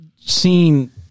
seen